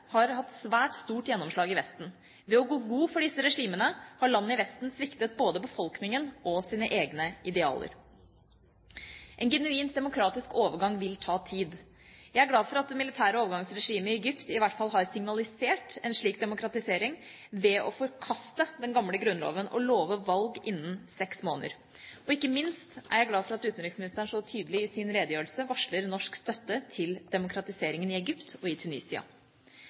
har hatt svært stort gjennomslag i Vesten. Ved å gå god for disse regimene har land i Vesten sviktet både befolkningen og sine egne idealer. En genuint demokratisk overgang vil ta tid. Jeg er glad for at det militære overgangsregimet i Egypt i hvert fall har signalisert en slik demokratisering ved å forkaste den gamle grunnloven og love valg innen seks måneder. Og ikke minst er jeg glad for at utenriksministeren så tydelig i sin redegjørelse varsler norsk støtte til demokratiseringen i Egypt og i Tunisia.